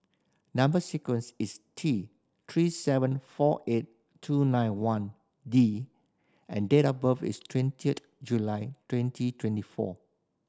number sequence is T Three seven four eight two nine one D and date of birth is twentieth July twenty twenty four